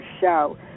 show